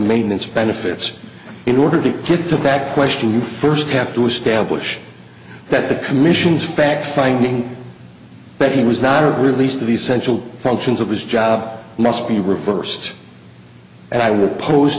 maintenance benefits in order to get to that question you first have to establish that the commission's fact finding but he was not released to the central functions of his job must be reversed and i will pos